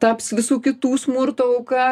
taps visų kitų smurto auka